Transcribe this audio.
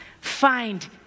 find